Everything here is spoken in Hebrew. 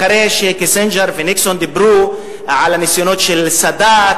אחרי שקיסינג'ר וניקסון דיברו על הניסיונות של סאדאת,